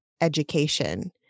education